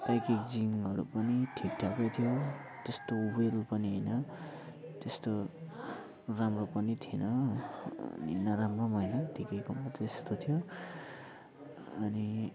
प्याकेजिङहरू पनि ठिकठाकै थियो त्यस्तो वेल पनि होइन त्यस्तो राम्रो पनि थिएन अनि नराम्रो पनि होइन ठिकैको मात्रै त्यस्तो थियो अनि